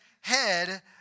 head